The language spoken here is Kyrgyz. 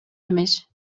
эмес